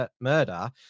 murder